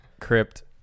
Crypt